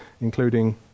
including